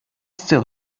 still